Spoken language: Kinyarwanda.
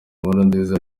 nkurunziza